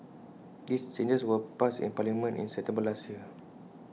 these changes were passed in parliament in September last year